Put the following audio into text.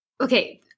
okay